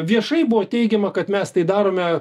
viešai buvo teigiama kad mes tai darome